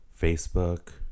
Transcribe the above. Facebook